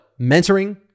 mentoring